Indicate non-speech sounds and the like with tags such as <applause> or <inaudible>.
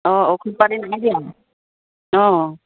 <unintelligible>